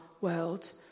world